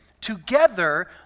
Together